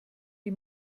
die